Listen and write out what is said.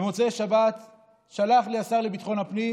במוצאי שבת שלח לי השר לביטחון הפנים